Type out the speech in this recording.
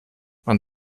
man